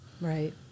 Right